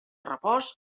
repòs